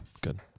good